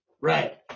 Right